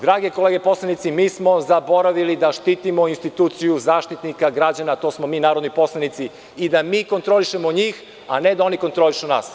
Drage kolege poslanici, mi smo zaboravili da štitimo instituciju Zaštitnika građana, a to smo mi narodni poslanici i da mi kontrolišemo njih, a ne da oni kontrolišu nas.